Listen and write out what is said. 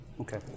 Okay